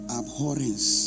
abhorrence